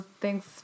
thanks